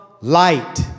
light